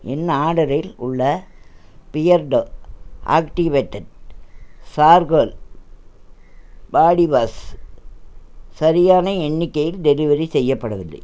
என் ஆர்டரில் உள்ள Beardo activated charcoal body wash சரியான எண்ணிக்கையில் டெலிவரி செய்யப்படவில்லை